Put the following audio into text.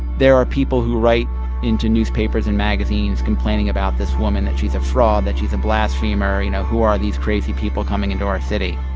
there are people who write into newspapers and magazines complaining about this woman, that she's a fraud, that she's a blasphemer, you know. who are these crazy people coming into our city?